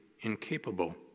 incapable